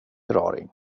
raring